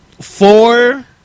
Four